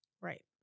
Right